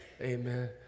Amen